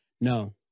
no